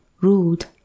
rude